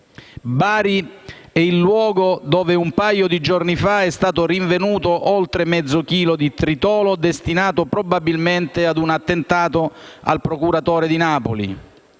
Bari è il luogo dove un paio di giorni fa è stato rinvenuto oltre mezzo chilo di tritolo destinato probabilmente ad un attentato al procuratore di Napoli.